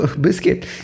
Biscuit